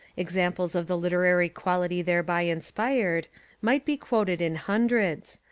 ex amples of the literary quality thereby inspired might be quoted in hundreds,